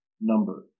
number